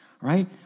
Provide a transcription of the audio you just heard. right